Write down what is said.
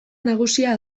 nagusia